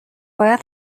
باید